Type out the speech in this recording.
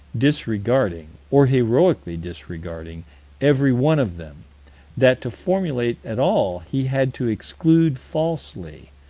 disregarding or heroically disregarding every one of them that to formulate at all he had to exclude falsely.